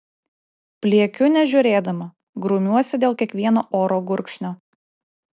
pliekiu nežiūrėdama grumiuosi dėl kiekvieno oro gurkšnio